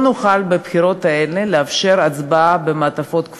לא נוכל לאפשר בבחירות האלה הצבעה במעטפות כפולות,